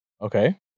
Okay